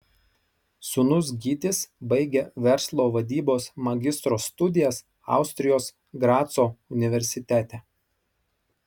sūnus gytis baigia verslo vadybos magistro studijas austrijos graco universitete